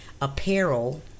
apparel